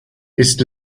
ist